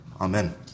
Amen